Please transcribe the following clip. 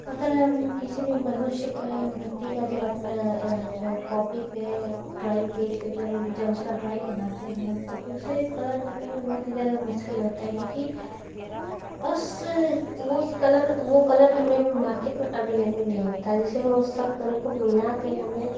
अगर हम किसी भी मनुष्य क्या या मूर्ति का जब अपना जो कॉपी पे ड्राइंग पेज पे जो हम जब उसका ड्राइंग बनाते हैं तो उसे कलर करने में बहुत ही ज़्यादा मुश्किल होता है क्योंकि उस वो उस कलर वो कलर हमें भी मार्केट में अवेलेबल नहीं होता जिससे वो सब कलर को मिलाके हमें